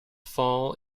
fall